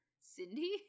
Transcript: Cindy